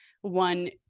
one